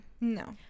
No